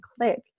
click